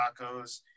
tacos